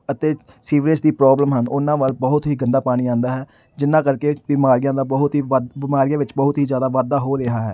ਅਤੇ ਸੀਵਰੇਜ ਦੀ ਪ੍ਰੋਬਲਮ ਹਨ ਉਹਨਾਂ ਵੱਲ ਬਹੁਤ ਹੀ ਗੰਦਾ ਪਾਣੀ ਆਉਂਦਾ ਹੈ ਜਿਹਨਾਂ ਕਰਕੇ ਬਿਮਾਰੀਆਂ ਦਾ ਬਹੁਤ ਹੀ ਵੱਧ ਬਿਮਾਰੀਆਂ ਵਿੱਚ ਬਹੁਤ ਹੀ ਜ਼ਿਆਦਾ ਵਾਧਾ ਹੋ ਰਿਹਾ ਹੈ